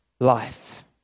life